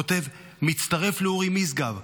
כותב: "מצטרף לאורי משגב.